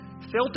Filter